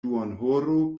duonhoro